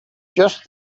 just